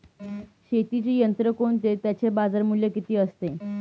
शेतीची यंत्रे कोणती? त्याचे बाजारमूल्य किती असते?